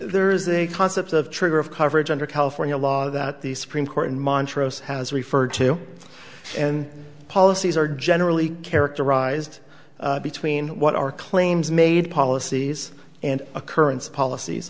there is a concept of trigger of coverage under california law that the supreme court in montrose has referred to and policies are generally characterized between what are claims made policies and occurrence policies